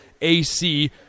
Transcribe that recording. AC